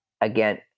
Again